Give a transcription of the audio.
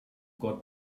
got